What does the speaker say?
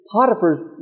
Potiphar's